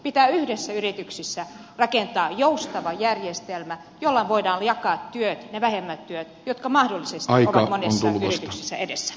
pitää yhdessä yrityksissä rakentaa joustava järjestelmä jolla voidaan jakaa työt ne vähemmät työt jotka mahdollisesti ovat monessa yrityksessä edessä